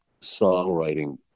songwriting